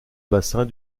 bassin